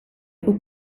who